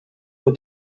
ont